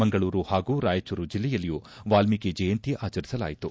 ಮಂಗಳೂರು ಹಾಗೂ ರಾಯಚೂರು ಜಿಲ್ಲೆಯಲ್ಲಿಯೂ ವಾಲ್ಮೀಕಿ ಜಯಂತಿ ಆಚರಿಸಲಾಯಿತು